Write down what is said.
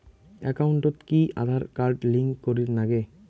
একাউন্টত কি Aadhaar card link করের নাগে?